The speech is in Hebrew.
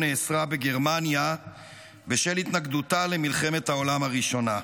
נאסרה בגרמניה בשל התנגדותה למלחמת העולם הראשונה.